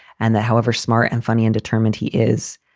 and that, however smart and funny and determined he is,